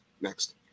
next